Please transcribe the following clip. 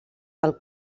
del